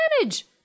manage